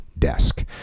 desk